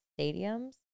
stadiums